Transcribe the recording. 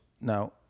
Now